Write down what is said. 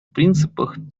принципах